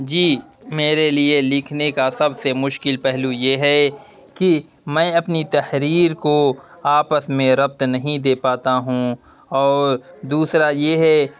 جی میرے لیے لکھنے کا سب سے مشکل پہلو یہ ہے کہ میں اپنی تحریر کو آپس میں ربط نہیں دے پاتا ہوں اور دوسرا یہ ہے